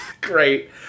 Great